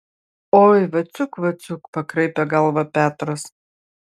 oi vaciuk vaciuk pakraipė galvą petras